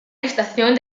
estación